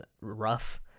rough